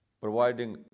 providing